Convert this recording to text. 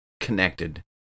connected